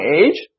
age